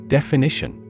Definition